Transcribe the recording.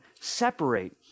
separate